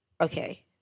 Okay